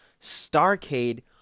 Starcade